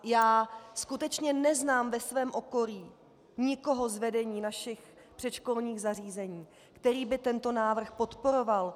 Já skutečně neznám ve svém okolí nikoho z vedení našich předškolních zařízení, který by tento návrh podporoval.